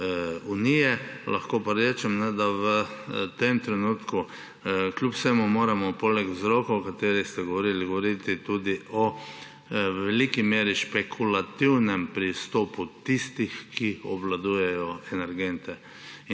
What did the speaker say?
unije. Lahko pa rečem, da v tem trenutku kljub vsemu moramo poleg vzrokov, o katerih ste govorili, govoriti tudi, v veliki meri, o špekulativnem pristopu tistih, ki obvladujejo energente.